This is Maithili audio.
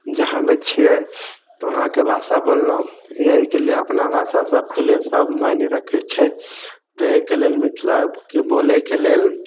जहाँमे छियै तऽ वहाँके भाषा बोललहुँ यही कयलियै अपना भाषा सबके लिये सब मायने रखैत छै तऽ एहिके लेल मिथिलाके बोलैके लेल